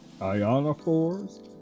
ionophores